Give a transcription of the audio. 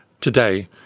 today